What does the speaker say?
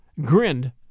grinned